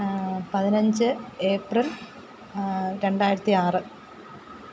പതിനഞ്ച് ഏപ്രിൽ രണ്ടായിരത്തി ആറ്